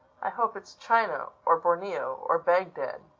i hope it's china or borneo or bagdad.